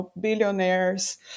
billionaires